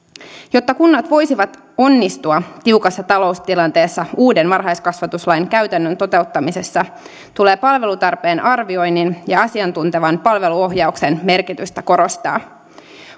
jotta kunnat voisivat onnistua tiukassa taloustilanteessa uuden varhaiskasvatuslain käytännön toteuttamisessa tulee palvelutarpeen arvioinnin ja asiantuntevan palveluohjauksen merkitystä korostaa